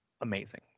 amazing